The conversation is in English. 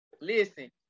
Listen